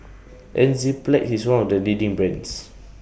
Enzyplex IS one of The leading brands